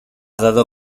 dado